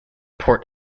port